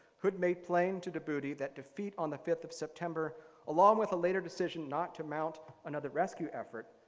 hood made claim to de to de that defeat on the fifth of september along with the later decision not to mount another rescue effort,